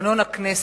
בתקנון הכנסת,